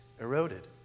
eroded